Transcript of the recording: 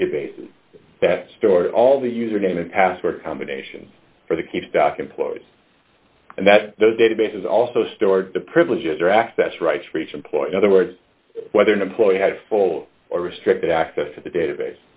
databases that stored all the user name and password combination for the key stuck employees and that those databases also stored the privileges or access rights for each employee other words whether an employee had full or restricted access to the database